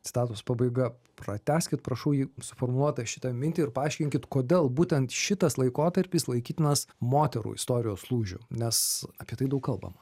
citatos pabaiga pratęskit prašau jį suformuluotą šitą mintį ir paaiškinkit kodėl būtent šitas laikotarpis laikytinas moterų istorijos lūžiu nes apie tai daug kalbama